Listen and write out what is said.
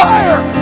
Fire